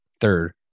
third